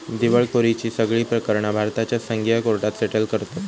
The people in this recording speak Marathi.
दिवळखोरीची सगळी प्रकरणा भारताच्या संघीय कोर्टात सेटल करतत